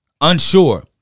unsure